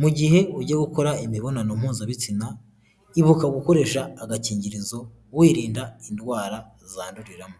mu gihe ugiye gukora imibonano mpuzabitsina ibuka gukoresha agakingirizo wirinda indwara zanduriramo.